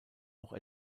auch